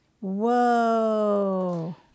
Whoa